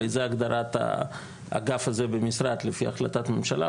הרי זו הגדרת האגף הזה במשרד לפי החלטת הממשלה,